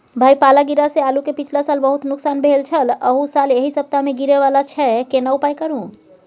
भाई पाला गिरा से आलू के पिछला साल बहुत नुकसान भेल छल अहू साल एहि सप्ताह में गिरे वाला छैय केना उपाय करू?